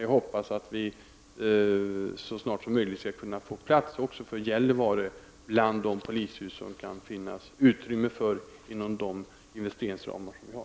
Jag hoppas att vi så snart som möjligt skall få plats för även Gällivare polishus bland de polishus som det kan finnas utrymme för inom de investeringsramar vi har.